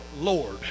Lord